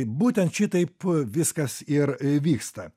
būtent šitaip viskas ir vyksta